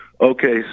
Okay